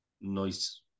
nice